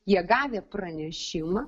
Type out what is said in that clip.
jie gavę pranešimą